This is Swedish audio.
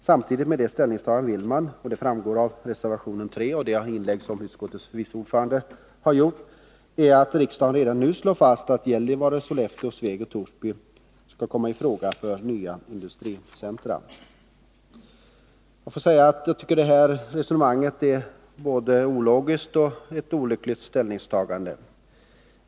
Samtidigt med det ställningstagandet vill man emellertid också — som framgår av reservation 3 och av det inlägg som utskottets vice ordförande har gjort — att riksdagen nu skall slå fast att Gällivare, Sollefteå, Sveg och Torsby skall komma i fråga för nya industricentrasatsningar. Jag tycker att detta är ett både ologiskt och olyckligt ställningstagande.